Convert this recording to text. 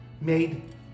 made